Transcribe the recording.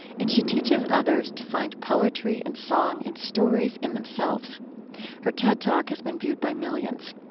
and she teaches others to find poetry and song and stories in themselves her ted talk has been viewed by millions.